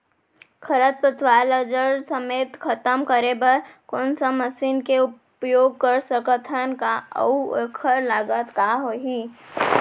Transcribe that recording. खरपतवार ला जड़ समेत खतम करे बर कोन से मशीन के उपयोग कर सकत हन अऊ एखर लागत का होही?